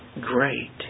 great